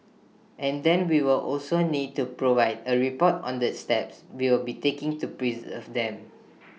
and then we will also need to provide A report on the steps we will be taking to preserve them